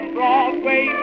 Broadway